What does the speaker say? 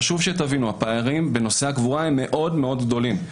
חשוב שתבינו שהפערים בנושא הקבורה הם מאוד מאוד גדולים.